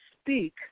speak